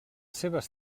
seves